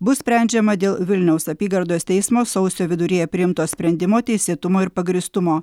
bus sprendžiama dėl vilniaus apygardos teismo sausio viduryje priimto sprendimo teisėtumo ir pagrįstumo